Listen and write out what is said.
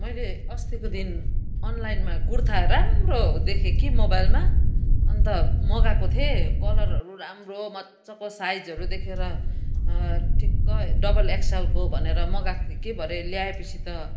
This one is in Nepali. मैले अस्तिको दिन अनलाइनमा कुर्था राम्रो देखेँ कि मोबाइलमा अन्त मगाएको थिएँ कलरहरू राम्रो मज्जाको साइजहरू देखेर ठिक्क डबल एक्सएलको भनेर मगाएको थिएँ कि भरे ल्याएपछि त